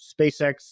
SpaceX